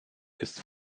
ist